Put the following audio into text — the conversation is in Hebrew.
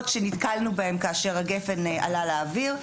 שנתקלנו בהם כאשר גפ"ן עלה לאוויר.